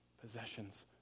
possessions